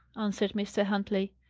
answered mr. huntley.